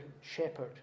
shepherd